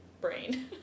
Brain